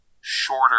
shorter